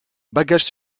bagages